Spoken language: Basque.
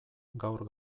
gaur